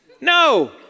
No